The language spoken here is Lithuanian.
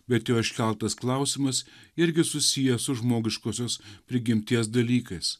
bet jo iškeltas klausimas irgi susijęs su žmogiškosios prigimties dalykais